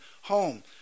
home